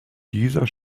dieser